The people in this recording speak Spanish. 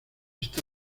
está